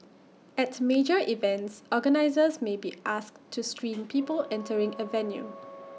at major events organisers may be asked to screen people entering A venue